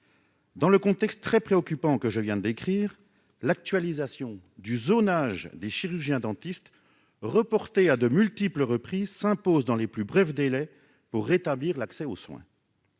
Dans le contexte très préoccupant que je viens de décrire l'actualisation du zonage des chirurgiens dentistes reporté à de multiples reprises s'impose dans les plus brefs délais pour rétablir l'accès aux soins,